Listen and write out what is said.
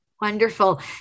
Wonderful